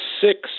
six